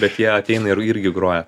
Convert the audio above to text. bet jie ateina ir irgi groja